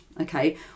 Okay